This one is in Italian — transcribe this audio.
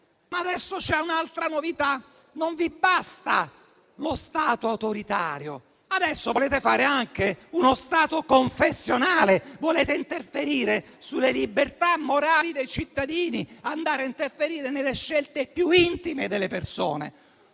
Adesso c'è un'altra novità: non vi basta più lo Stato autoritario, ma volete anche uno Stato confessionale, volete interferire sulle libertà morali dei cittadini, nelle scelte più intime delle persone.